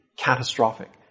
catastrophic